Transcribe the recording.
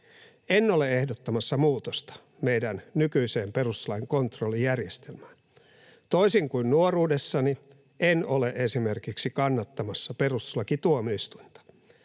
en ole ehdottamassa muutosta meidän nykyiseen perustuslain kontrollijärjestelmään. Toisin kuin nuoruudessani, en ole esimerkiksi kannattamassa perustuslakituomioistuinta.